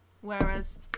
Whereas